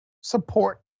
support